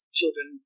children